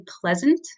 pleasant